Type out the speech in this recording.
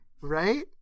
Right